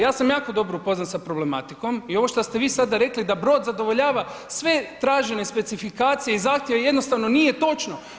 Ja sam jako dobro upoznat sa problematikom i ovo što ste vi sada rekli da brod zadovoljava sve tražene specifikacije i zahtjeve, jednostavno nije točno.